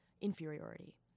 Inferiority